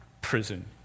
prison